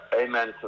amen